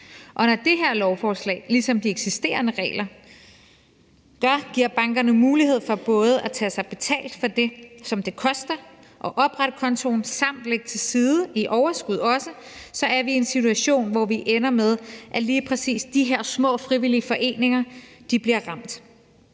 Og når det her lovforslag, ligesom de eksisterende regler gør, giver bankerne mulighed for både at tage sig betalt for det, som det koster at oprette kontoen, samt at lægge til side i overskud også, så er vi i en situation, hvor vi ender med, at lige præcis de her små frivillige foreninger bliver ramt